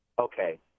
Okay